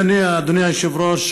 אדוני היושב-ראש,